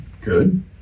good